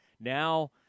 Now